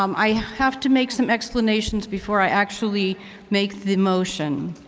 um i have to make some explanations before i actually make the motion.